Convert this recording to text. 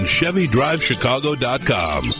ChevyDriveChicago.com